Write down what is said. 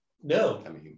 No